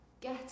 get